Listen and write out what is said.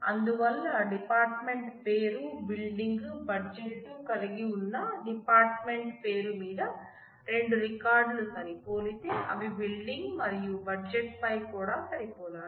అందువల్ల department పేరు building budget కలిగి వున్న డిపార్ట్ మెంట్ స్కీమా ఉన్నట్లయితే డిపార్ట్మెంట్ పేరు కాండిడేట్ కీ అయితే డిపార్ట్మెంట్ పేరు మీద రెండు రికార్డులు సరిపోలితే అవి బిల్డింగ్ మరియు బడ్జెట్ పై కూడా సరిపోలాలి